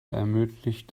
ermöglicht